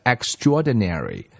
Extraordinary